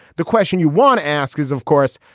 the question you want to ask is, of course,